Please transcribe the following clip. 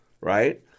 right